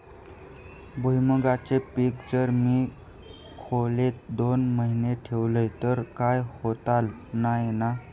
भुईमूगाचा पीक जर मी खोलेत दोन महिने ठेवलंय तर काय होतला नाय ना?